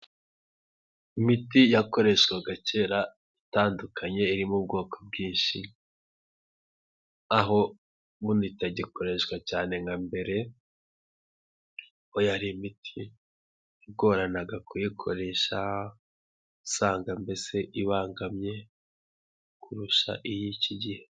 Imiti yakoreshwaga kera itandukanye irimo ubwoko bwinshi, aho buno itagikoreshwa cyane nka mbere kuko yari imiti yagoranaga kuyikoresha, usanga mbese ibangamye kurusha iy'iki gihe.